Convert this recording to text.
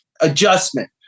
adjustment